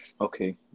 Okay